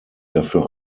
dafür